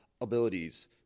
abilities